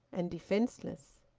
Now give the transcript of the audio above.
and defenceless!